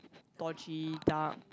dodgy dark